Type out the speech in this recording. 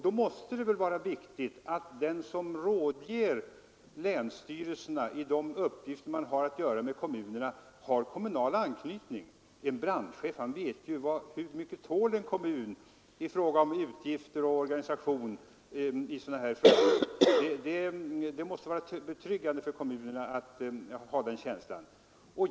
Då måste det väl vara riktigt att den person som länsstyrelserna har att rådgöra med har kommunal anknytning. En länsbrandinspektör vet ju hur mycket en kommun tål i fråga om utgifter och organisation i sådana här frågor. Det måste vara betryggande för kommunerna att ha den känslan.